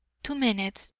two minutes,